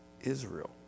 Israel